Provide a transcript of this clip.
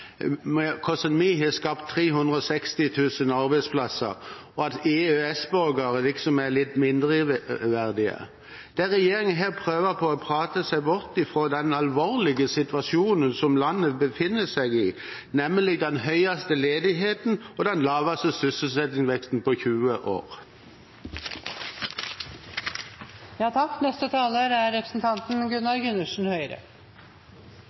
har skapt 360 000 arbeidsplasser, og at EØS-borgere liksom er litt mindreverdige. Denne regjeringen prøver å prate seg bort fra den alvorlige situasjonen som landet befinner seg i, nemlig med den høyeste ledigheten og den laveste sysselsettingsveksten på 20